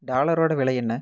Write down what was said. டாலரோட விலை என்ன